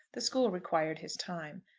the school required his time.